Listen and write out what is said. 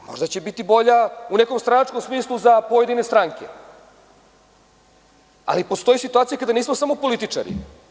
Možda će biti bolja u nekom stranačkom smislu za pojedine stranke, ali postoji situacija kada nismo samo političari.